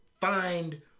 find